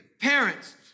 Parents